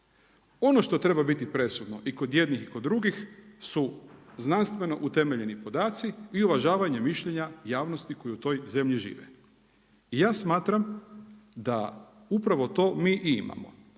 Ono što treba biti presudno i kod jednih i kod drugih su znanstveno utemeljeni podaci i uvažanjem mišljenja javnosti koji u toj zemlji žive. Ja smatram da upravo to i im imamo.